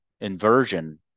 inversion